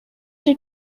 did